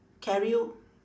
carry you